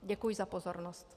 Děkuji za pozornost.